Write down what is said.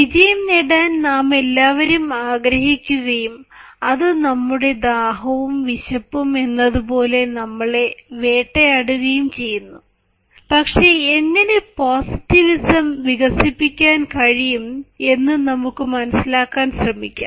വിജയം നേടാൻ നാമെല്ലാവരും ആഗ്രഹിക്കുകയും അത് നമ്മുടെ ദാഹവും വിശപ്പും എന്നതുപോലെ നമ്മളെ വേട്ടയാടുകയും ചെയ്യുന്നു പക്ഷേ എങ്ങനെ പോസിറ്റിവിസം വികസിപ്പിക്കാൻ കഴിയും എന്ന് നമുക്ക് മനസിലാക്കാൻ ശ്രമിക്കാം